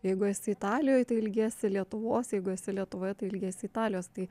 jeigu esi italijoj tai ilgiesi lietuvos jeigu esi lietuvoje tai ilgesį italijos tai